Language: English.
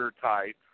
type